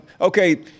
Okay